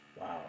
Wow